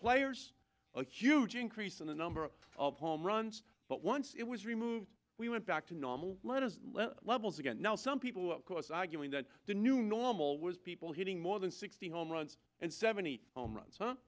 players a huge increase in the number of home runs but once it was removed we went back to normal levels again now some people of course arguing that the new normal was people hitting more than sixty home runs and seventy home runs